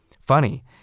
funny